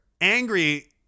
angry